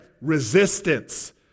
Resistance